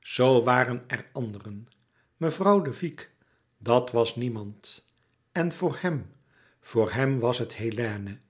zoo waren er anderen mevrouw de vicq dat was niemand en voor hem voor hem was het hélène